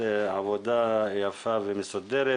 עבודה יפה ומסודרת.